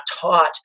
taught